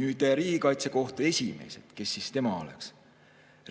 Riigikaitsekohtu esimees – kes tema oleks?